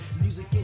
Music